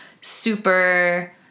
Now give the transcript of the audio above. super